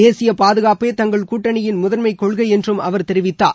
தேசிய பாதுகாப்பே தங்கள் கூட்டணியின் முதன்மை கொள்கை என்றும் அவர் தெரிவித்தார்